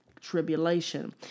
tribulation